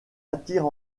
attire